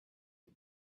the